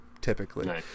typically